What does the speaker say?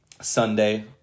Sunday